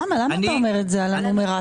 למה אתה אומר את זה על הנומרטור?